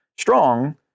strong